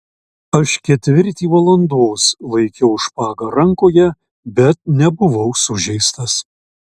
aš ketvirtį valandos laikiau špagą rankoje bet nebuvau sužeistas